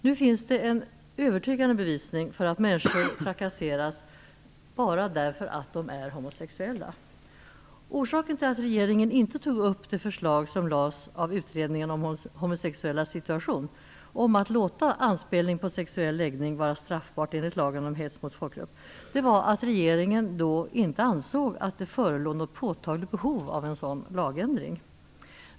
Nu finns det en övertygande bevisning för att människor trakasseras bara därför att de är homosexuella. Orsaken till att regeringen inte tog upp det förslag som lades fram av utredningen om homosexuellas situation om att låta anspelning på sexuell läggning vara straffbart enligt lagen om hets mot folkgrupp var att regeringen då inte ansåg att det förelåg något påtagligt behov av en sådan lagändring.